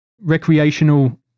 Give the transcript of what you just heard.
recreational